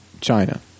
China